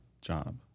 job